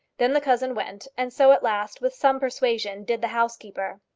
then the cousin went, and so at last, with some persuasion, did the housekeeper.